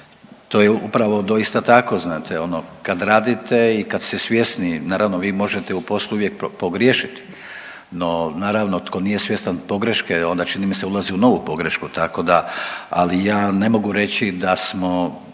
to je upravo doista tako, znate ono kad radite i kad ste svjesni, naravno vi možete u poslu uvijek pogriješiti, no naravno tko nije svjestan pogreške onda čini mi se ulazi u novu pogrešku, tako da ali ja ne mogu reći da smo,